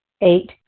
Eight